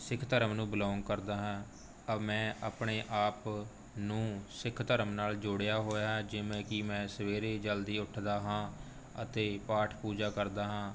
ਸਿੱਖ ਧਰਮ ਨੂੰ ਬਿਲੋਂਗ ਕਰਦਾ ਹਾਂ ਮੈਂ ਆਪਣੇ ਆਪ ਨੂੰ ਸਿੱਖ ਧਰਮ ਨਾਲ ਜੋੜਿਆ ਹੋਇਆ ਹੈ ਜਿਵੇਂ ਕਿ ਮੈਂ ਸਵੇਰੇ ਜਲਦੀ ਉੱਠਦਾ ਹਾਂ ਅਤੇ ਪਾਠ ਪੂਜਾ ਕਰਦਾ ਹਾਂ